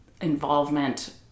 involvement